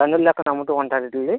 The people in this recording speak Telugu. టన్నుల లెక్కన అమ్ముతూ ఉంటారు వీటిల్ని